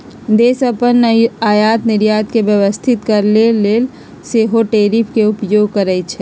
देश अप्पन आयात निर्यात के व्यवस्थित करके लेल सेहो टैरिफ के उपयोग करइ छइ